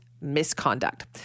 misconduct